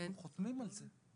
אנחנו חותמים על זה.